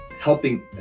helping